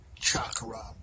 chakra